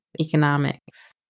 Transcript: economics